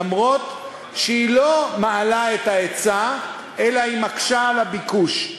אף שהיא לא מעלה את ההיצע אלא היא מקשה על הביקוש.